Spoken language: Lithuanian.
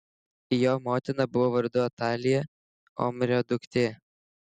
jo motina buvo vardu atalija omrio duktė